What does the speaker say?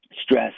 stress